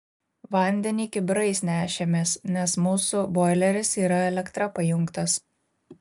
vandenį kibirais nešėmės nes mūsų boileris yra elektra pajungtas